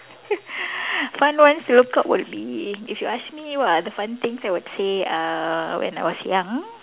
fun ones to look up would be if you ask me what are the fun things I would say uh when I was young